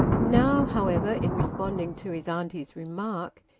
now, however, in responding to his auntie's remark,